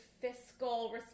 fiscal